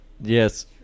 Yes